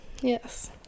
Yes